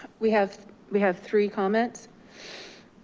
we have we have three comments